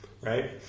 right